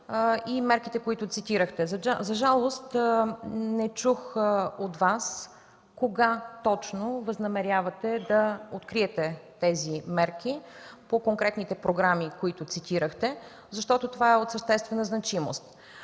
и мерките, които цитирахте. За жалост, не чух от Вас кога точно възнамерявате да откриете тези мерки по конкретните програми, които цитирахте, защото това е от съществена значимост.